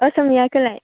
असमियाखोलाय